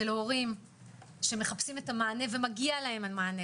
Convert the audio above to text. של הורים שמחפשים את המענה ומגיע להם את המענה,